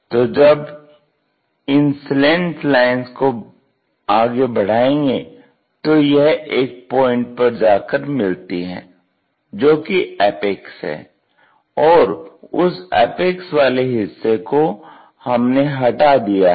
तो जब इन स्लैंट लाइंस को आगे बढ़ाएंगे तो यह एक पॉइंट पर जाकर मिलती हैं जोकि एपेक्स है और उस एपेक्स वाले हिस्से को हमने हटा दिया है